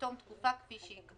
בתום תקופה, כפי שיקבעו.